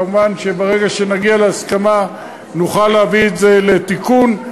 מובן שברגע שנגיע להסכמה נוכל להביא את זה לתיקון.